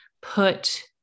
put